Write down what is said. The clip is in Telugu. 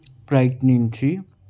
ప్రయత్నించి